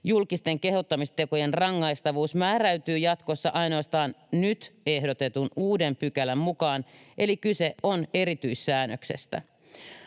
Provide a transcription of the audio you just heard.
julkisten kehottamistekojen rangaistavuus määräytyy jatkossa ainoastaan nyt ehdotetun uuden pykälän mukaan, eli kyse on erityissäännöksestä.